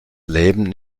leben